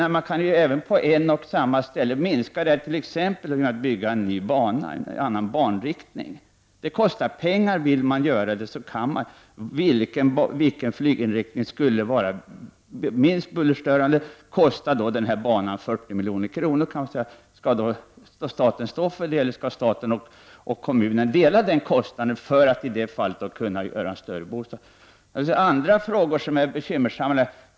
Nej, man kan även på ett och samma ställe minska bullret, t.ex. genom att bygga en ny bana, i en annan riktning. Det kostar pengar. Vill man göra det, så kan man. Vilken flyginriktning skulle vara minst bullerstörande? kan man fråga. Och kostar en ny bana 40 milj.kr., blir frågan: Skall staten stå för den kostnaden, eller skall staten och kommuner dela på kostnaden för att man skall få större möjligheter att bygga bostäder? Det är också andra frågor som är bekymmersamma.